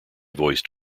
voiced